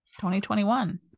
2021